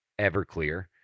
Everclear